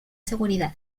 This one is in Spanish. seguridad